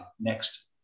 next